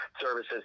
services